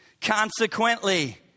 Consequently